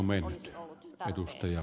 arvoisa puhemies